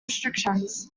restrictions